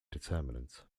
determinant